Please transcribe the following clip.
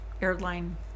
airline